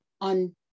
on